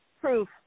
proof